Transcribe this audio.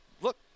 look